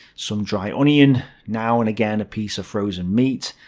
some dry onion, now and again a piece of frozen meat.